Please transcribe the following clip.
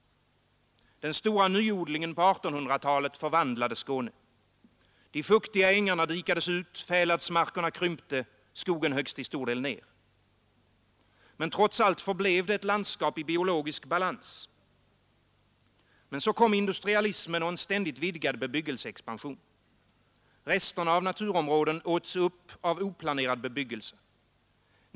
Den stora nyodlingen på 1800-talet förvandlade Skåne. De fuktiga ängarna dikades ut, fäladsmarkerna krympte, skogen höggs till stor del ned. Trots allt förblev det ett landskap i biologisk balans. Men så kom industrialismen och en ständigt vidgad bebyggelseexpansion. Resterna av naturområden åts upp av oplanerad bebyggelse.